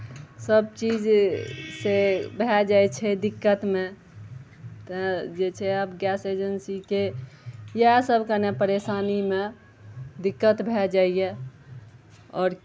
सभचीज से भए जाइ छै दिक्कतमे तऽ जे छै आब गैस एजेन्सीके इएह सभ कनेक परेशानीमे दिक्कत भए जाइए आओर